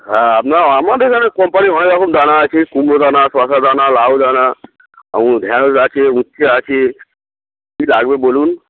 হ্যাঁ আপনার আমাদের এখানে কোম্পানির হয় এখন দানা আছে কুমড়ো দানা শসা দানা লাউ দানা এবং ঢ্যাঁড়স আছে উচ্ছে আছে কি লাগবে বলুন